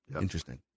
Interesting